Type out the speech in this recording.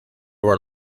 were